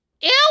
Ew